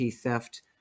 theft